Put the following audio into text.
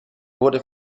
wurde